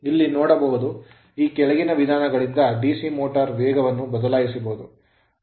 ಇಲ್ಲಿ ನೋಡಬಹುದು ಈ ಕೆಳಗಿನ ವಿಧಾನಗಳಿಂದ DC motor ಮೋಟರ್ ನ ವೇಗವನ್ನು ಬದಲಾಯಿಸಬಹುದು